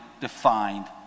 defined